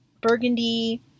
burgundy